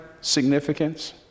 significance